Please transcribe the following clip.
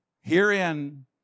Herein